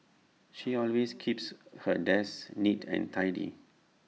she always keeps her desk neat and tidy